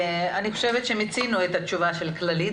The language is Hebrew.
אני חושבת שמיצינו את התשובה של כללית,